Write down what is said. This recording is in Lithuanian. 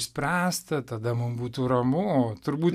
išspręsta tada mum būtų ramu o turbūt